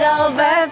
over